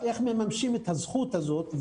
איך מממשים את הזכות הזאת,